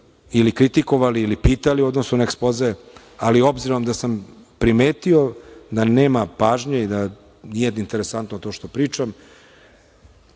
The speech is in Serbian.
ili kritikovali ili pitali u odnosu na ekspoze, ali obzirom da sam primetio da nema pažnje i da nije interesantno to što pričam,